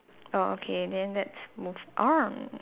oh okay then let's move on